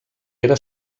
era